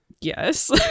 Yes